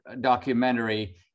documentary